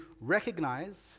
recognize